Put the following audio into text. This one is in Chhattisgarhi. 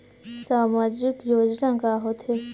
सामाजिक योजना का होथे?